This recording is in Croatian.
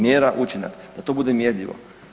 Mjera, učinak, da to bude mjerljivo.